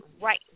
right